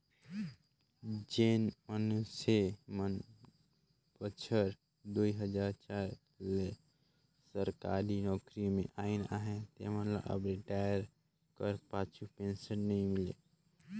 जेन मइनसे मन बछर दुई हजार चार ले सरकारी नउकरी में अइन अहें तेमन ल अब रिटायर कर पाछू पेंसन नी मिले